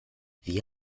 wie